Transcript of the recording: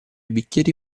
bicchieri